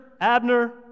Abner